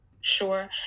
Sure